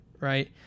right